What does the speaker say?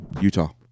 Utah